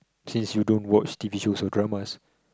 since you don't watch t_v shows or dramas